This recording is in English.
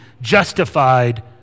justified